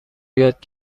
یاد